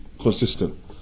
consistent